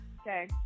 Okay